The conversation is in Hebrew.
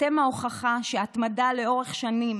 אתם ההוכחה שהתמדה לאורך שנים,